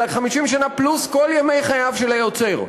אלא 50 שנה פלוס כל ימי חייו של היוצר,